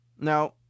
Now